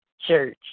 church